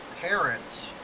parents